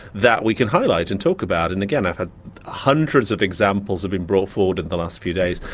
that we can highlight and talk about. and again, i've had hundreds of examples have been brought forward in the last few days,